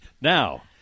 now